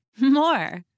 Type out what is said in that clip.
more